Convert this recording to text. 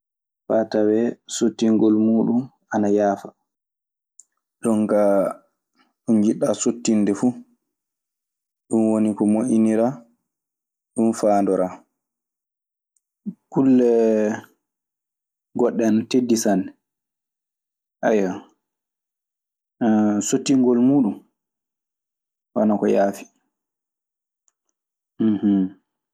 Faa tawee sottingol muuɗum ana yaafa. Jon kaa ɗo njiɗɗaa sottinde fuu. Ɗun woni ko moƴƴiniraa. Ɗun faandoraa. Kulle goɗɗe ana teddi sanne. Ayyo. Sottingol muuɗun wana ko yaafi.